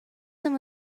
him